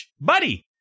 Buddy